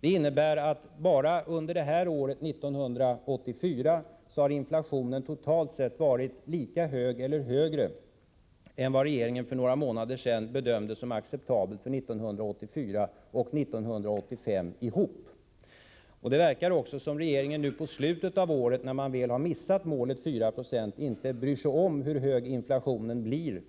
Det innebär att inflationen bara under 1984 totalt sett har legat på eller överskridit den nivå som regeringen för några månader sedan bedömde som acceptabel för 1984 och 1985 tillsammans. Det verkar dessutom som om regeringen nu mot slutet av året, när man väl har missat målet 4 90, inte bryr sig om hur hög inflationen blir